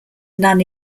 nun